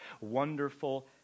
Wonderful